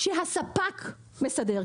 כשהספק מסדר,